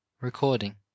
Recording